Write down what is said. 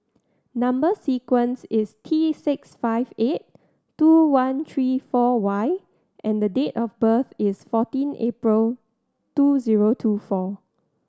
number sequence is T six five eight two one three four Y and date of birth is fourteen April two zero two four